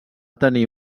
tenir